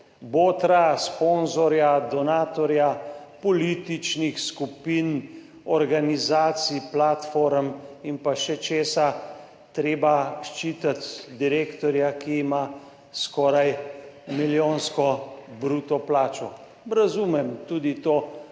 botra, sponzorja, donatorja političnih skupin, organizacij, platform in še česa treba ščititi direktorja, ki ima skoraj milijonsko bruto plačo. Razumem tudi to